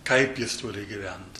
kaip jis turi gyventi